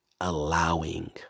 allowing